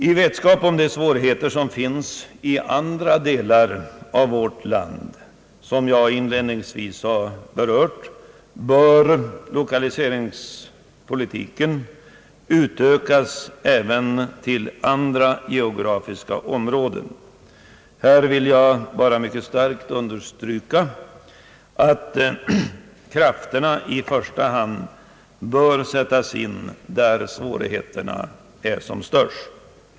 I vetskap om de svårigheter som finns inom andra delar av vårt land, som jag inledningsvis har berört, bör lokaliseringspolitiken utökas också till andra geografiska områden. Här vill jag mycket starkt understryka att krafterna i första hand bör sättas in där svårigheterna är som störst.